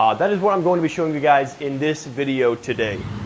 um that is what i'm going to be showing you guys in this video today.